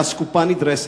לאסקופה נדרסת,